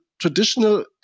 traditional